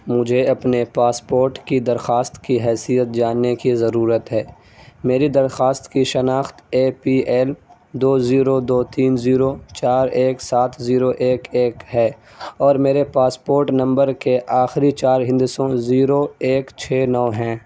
مجھے اپنے پاسپورٹ کی درخواست کی حیثیت جاننے کی ضرورت ہے میری درخواست کی شناخت اے پی ایل دو زیرو دو تین زیرو چار ایک سات زیرو ایک ایک ہے اور میرے پاسپورٹ نمبر کے آخری چار ہندسوں زیرو ایک چھ نو ہیں